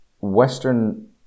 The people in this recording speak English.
Western